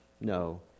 No